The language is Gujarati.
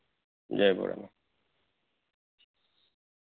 જય ભોળાનાથ